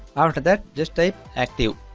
after that just type active